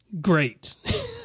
great